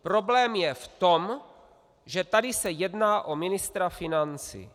Problém je v tom, že tady se jedná o ministra financí.